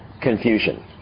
Confusion